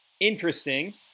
interesting